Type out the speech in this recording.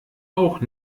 auch